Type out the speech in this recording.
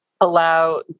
allow